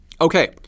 Okay